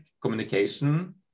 communication